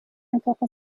فوق